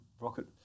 rocket